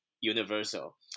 universal